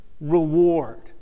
reward